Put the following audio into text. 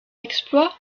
exploit